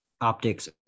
optics